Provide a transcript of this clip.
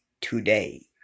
today